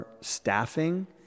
staffing